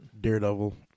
Daredevil